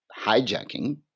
hijacking